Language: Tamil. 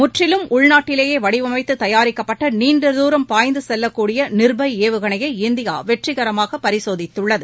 முற்றிலும் உள்நாட்டிலேயே வடிவமைத்து தயாரிக்கப்பட்ட நீண்டதூரம் பாய்ந்து செல்லக்கூடிய நிர்பய் ஏவகணையை இந்தியா வெற்றிகரமாக பரிசோதித்துள்ளது